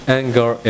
anger